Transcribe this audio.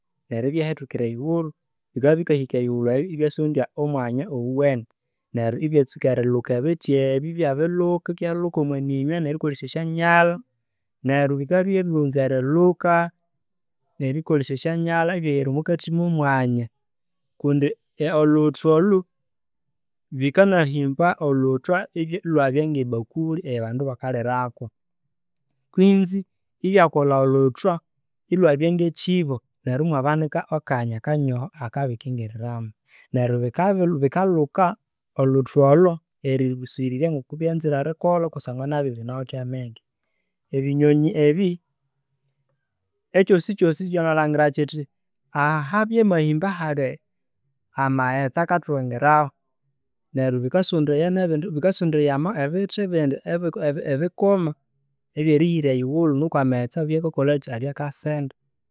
Neryo ibyahethukira eyighulu. Bikabya bikahika eyighulu eyo ibyasondya omwanya owiweneneryo ibyatsuka erikiluka ebithi ebyo ibyabilhuka ibyalhuka omwa minywe nerikolesya esyanyalha neryo bikabya byabirighunza erilhuka nerikolesya esyanyalha ibyahira omwakathi mwamwanya kundi oluthwalu, bikanahimba oluthwa ilwabya ngebakulli eya bandu bakalirako kwinzi ibya kolha oluthwa olwabya nge kibo neryo imwa banika akanya kanyoho aka bikingiriramo neryo bikalhuka olhutwa olwo erilusirirya ngoko byanzire erikolha kusnga nabyo binawithe amenge. Ebinyonyi ebi, ekyosikyosi kyamalhangira kithi ahabyamahimba hali amaghetse akatowangiraho neryo bikasondaya nebindi bikasondaya ama ebithi bindi ebi- ebi- bikoma nikwa amaghetse abyakakolaki, abaya kasenda.